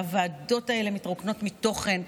והוועדות האלה מתרוקנות מתוכן,